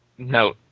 No